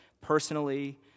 personally